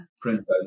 princess